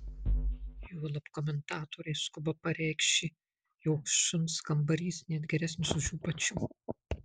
juolab komentatoriai skuba pareikši jog šuns kambarys net geresnis už jų pačių